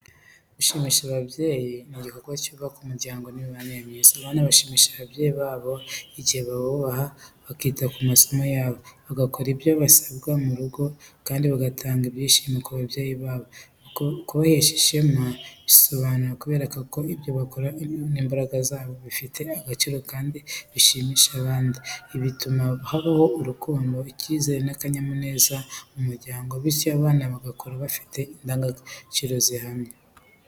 Gushimisha ababyeyi ni igikorwa cyubaka umuryango n’imibanire myiza. Abana bashimisha ababyeyi babo igihe babubaha, bakita ku masomo yabo, bagakora ibyo basabwe mu rugo kandi bagatanga ibyishimo ku babyeyi babo. Kubahesha ishema bisobanura kubereka ko ibyo bakora n’imbaraga zabo, bifite agaciro kandi bishimisha abandi. Ibi bituma habaho urukundo, icyizere n’akanyamuneza mu muryango, bityo abana bagakura bafite indangagaciro zihamye.